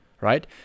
right